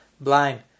blind